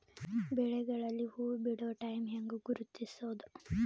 ಬೆಳೆಗಳಲ್ಲಿ ಹೂಬಿಡುವ ಟೈಮ್ ಹೆಂಗ ಗುರುತಿಸೋದ?